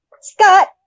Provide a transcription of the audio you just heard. Scott